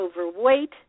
overweight